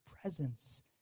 presence